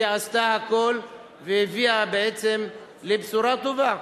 עשתה הכול והביאה בעצם לבשורה טובה.